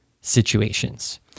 situations